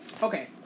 Okay